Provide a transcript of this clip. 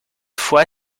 foy